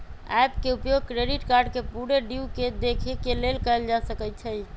app के उपयोग credit card के पूरे ड्यू के देखे के लेल कएल जा सकइ छै